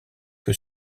que